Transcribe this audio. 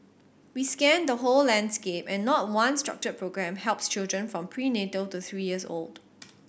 we scanned the whole landscape and not one structured programme helps children from prenatal to three years old